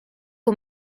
aux